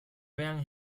vean